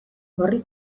gorri